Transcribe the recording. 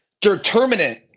determinant